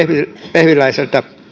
vehviläiseltä